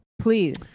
please